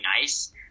nice